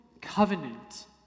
covenant